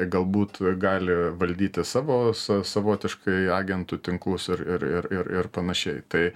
galbūt gali valdyti savo sa savotiškai agentų tinklus ir ir ir ir ir panašiai tai